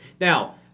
Now